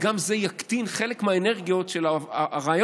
וזה גם יקטין חלק מהאנרגיות של הרעיון